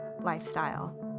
lifestyle